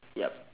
yup